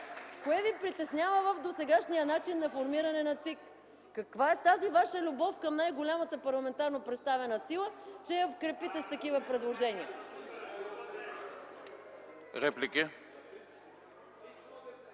Кое ви притеснява в досегашния начин на формиране на ЦИК? Каква е тази ваша любов към най-голямата парламентарно представена сила, че я крепите с такива предложения? (Шум и